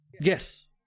Yes